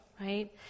Right